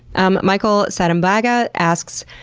um michael satumbaga asks,